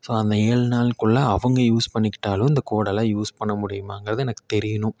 so அந்த ஏழு நாளுக்குள்ளே அவங்க யூஸ் பண்ணிக்கிட்டாலும் இந்த கோடெல்லாம் யூஸ் பண்ண முடியுமாங்கிறது எனக்கு தெரியணும்